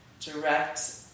direct